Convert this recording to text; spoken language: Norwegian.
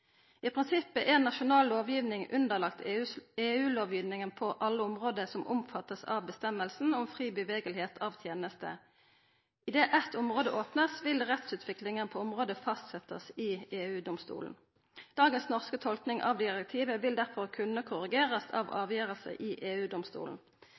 I prinsippet er nasjonal lovgiving underlagd EU-lovgivinga på alle område som vert omfatta av avgjerdene om fri rørsle av tenester. Idet eit område vert opna, vil rettsutviklinga på området verta fastsett i EU-domstolen. Dagens norske tolking av direktivet vil derfor kunna verta korrigert av